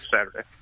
Saturday